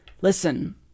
Listen